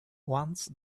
once